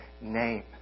name